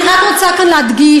אני רק רוצה כאן להדגיש,